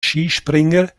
skispringer